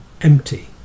empty